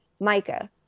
Micah